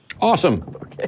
Awesome